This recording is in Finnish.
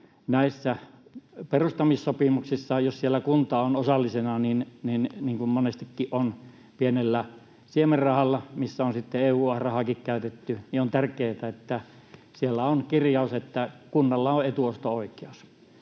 näissä perustamissopimuksissa, jos siellä kunta on osallisena — niin kuin monestikin on pienellä siemenrahalla, missä on sitten EU-rahaakin käytetty — on kirjaus, että kunnalla on etuosto-oikeus.